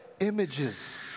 images